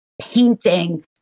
painting